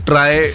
Try